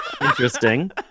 interesting